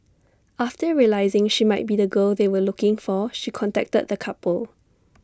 after realising she might be the girl they were looking for she contacted the couple